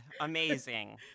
Amazing